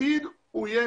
העתיד יהיה